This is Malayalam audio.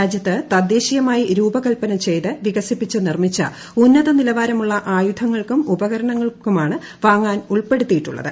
രാജ്യത്ത് തദ്ദേശീയമായി രൂപകൽപ്പന ചെയ്ത് വികസിപ്പിച്ച് നിർമ്മിച്ചു ഉന്നത നിലവാരമുള്ള ആയുധങ്ങൾക്കും ഉപകരണങ്ങളുമാണ് വാങ്ങാൻ ഉൾപ്പെടുത്തിയിട്ടുള്ളത്